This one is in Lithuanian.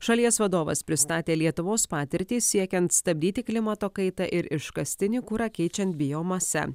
šalies vadovas pristatė lietuvos patirtį siekiant stabdyti klimato kaitą ir iškastinį kurą keičiant biomase